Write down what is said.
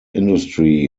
industry